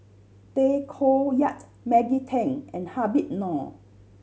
Tay Koh Yat Maggie Teng and Habib Noh